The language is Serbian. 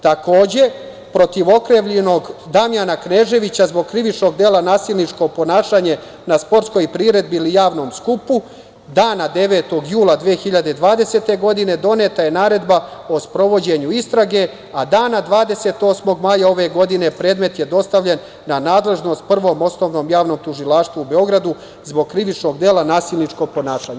Takođe, protiv okrivljenog Damjana Kneževića zbog krivičnog dela - nasilničko ponašanje na sportskoj priredbi ili javnom skupu dana 9. jula 2020. godine doneta je naredba o sprovođenju istrage, a dana 28. maja ove godine predmet je dostavljen na nadležnost Prvom osnovnom javnom tužilaštvu u Beogradu zbog krivičnog dela - nasilničko ponašanje.